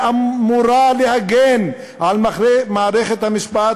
שאמורה להגן על מערכת המשפט,